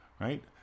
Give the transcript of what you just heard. right